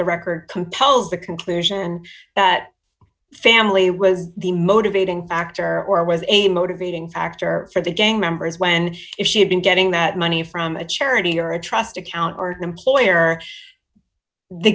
the record compels the conclusion that family was the motivating factor or was a motivating factor for the gang members when if she had been getting that money from a charity or a trust account or an employer the